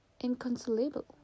inconsolable